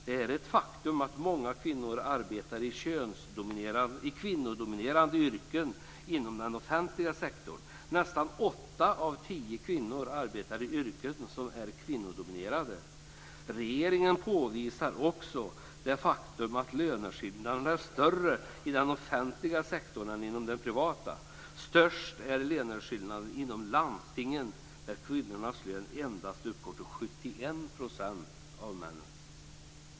Det är ett faktum att många kvinnor arbetar i kvinnodominerade yrken inom den offentliga sektorn. Nästan åtta av tio kvinnor arbetar i yrken som är kvinnodominerade. Regeringen påvisar också det faktum att löneskillnaderna är större i den offentliga sektorn än i den privata. Störst är löneskillnaden inom landstingen. Där uppgår kvinnornas lön endast till 71 % av männens.